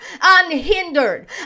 unhindered